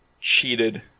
cheated